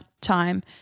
time